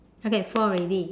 okay four already